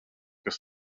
kas